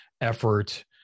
effort